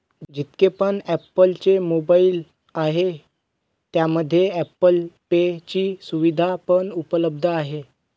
जितके पण ॲप्पल चे मोबाईल आहे त्यामध्ये ॲप्पल पे ची सुविधा पण उपलब्ध आहे